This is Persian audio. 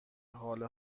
حال